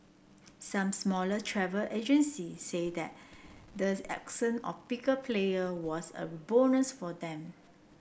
some smaller travel agency say that the absence of the bigger player was a bonus for them